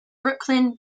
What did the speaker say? brooklyn